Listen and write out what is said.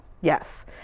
Yes